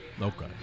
Okay